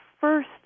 first